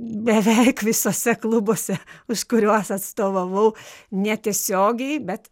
beveik visose klubuose už kuriuos atstovavau netiesiogiai bet